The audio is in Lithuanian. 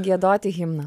giedoti himną